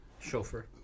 Chauffeur